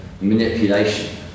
manipulation